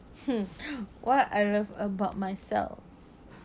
uh what I love about myself